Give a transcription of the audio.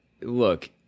look